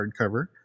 hardcover